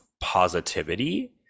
positivity